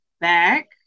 back